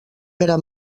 pere